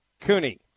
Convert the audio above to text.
Cooney